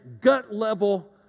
gut-level